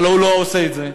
אבל הוא לא עושה את זה.